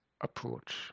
approach